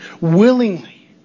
willingly